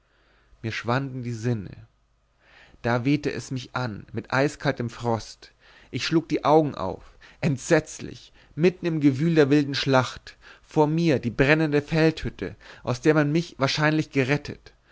mir schwanden die sinne da wehte es mich an mit eiskaltem frost ich schlug die augen auf entsetzlich mitten im gewühl der wilden schlacht vor mir die brennende feldhütte aus der man mich wahrscheinlich gerettet